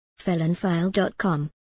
FelonFile.com